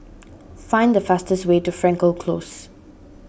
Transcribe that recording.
find the fastest way to Frankel Close